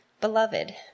Beloved